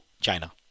China